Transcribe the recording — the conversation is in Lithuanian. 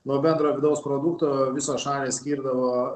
nuo bendro vidaus produkto visos šalys skirdavo